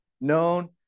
known